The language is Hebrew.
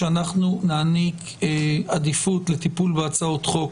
שאנחנו נעניק עדיפות לטיפול בהצעות חוק